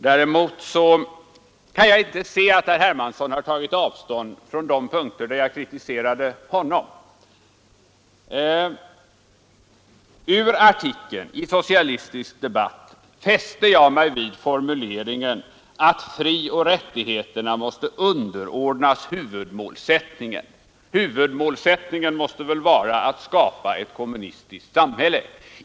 Däremot kan jag inte se att herr Hermansson har tagit avstånd från de punkter där jag kritiserade honom. I artikeln i Socialistisk debatt fäste jag mig vid formuleringen att frioch rättigheterna måste underordnas huvudmålsättningen. Huvudmålsättningen måste väl vara att skapa ett kommunistiskt samhälle.